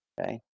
Okay